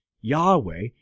Yahweh